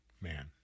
Man